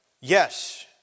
yes